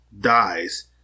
dies